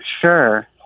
Sure